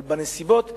אבל בנסיבות שהיום,